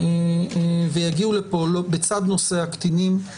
ויגיעו לפה בצד נושא הקטינים.